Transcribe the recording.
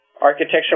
architecture